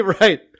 Right